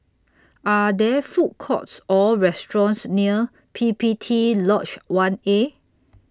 Are There Food Courts Or restaurants near P P T Lodge one A